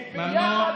אסור.